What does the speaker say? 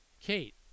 Kate